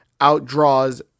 outdraws